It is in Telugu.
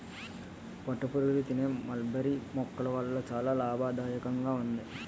పట్టుపురుగులు తినే మల్బరీ మొక్కల వల్ల చాలా లాభదాయకంగా ఉంది